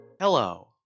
Hello